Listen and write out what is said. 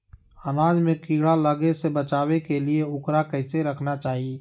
अनाज में कीड़ा लगे से बचावे के लिए, उकरा कैसे रखना चाही?